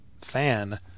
fan